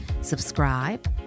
subscribe